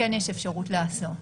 כן יש אפשרות לעשות.